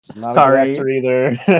Sorry